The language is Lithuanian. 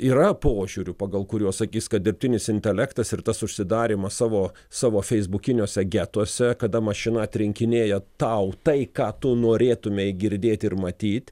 yra požiūrių pagal kuriuos sakys kad dirbtinis intelektas ir tas užsidarymas savo savo feisbukiniuose getuose kada mašina atrinkinėja tau tai ką tu norėtumei girdėt ir matyt